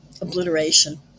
obliteration